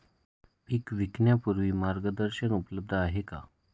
पीक विकण्यापूर्वी मार्गदर्शन उपलब्ध आहे का?